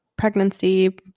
pregnancy